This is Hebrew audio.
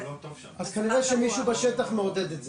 אז כנראה שמישהו בשטח מעודד את זה.